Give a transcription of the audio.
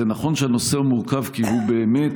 זה נכון שהנושא הוא מורכב, כי הוא באמת